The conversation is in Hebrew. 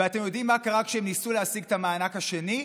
ואתם יודעים מה קרה כשהם ניסו להשיג את המענק השני?